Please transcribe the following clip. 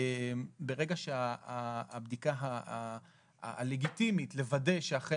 ברגע שהייתה בדיקה לגיטימית שווידאה שאכן